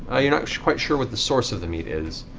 ah you're not quite sure what the source of the meat is.